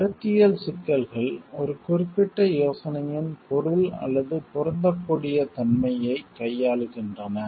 கருத்தியல் சிக்கல்கள் ஒரு குறிப்பிட்ட யோசனையின் பொருள் அல்லது பொருந்தக்கூடிய தன்மையைக் கையாளுகின்றன